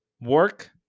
work